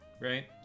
right